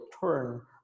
turn